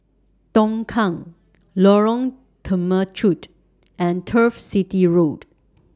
Tongkang Lorong Temechut and Turf City Road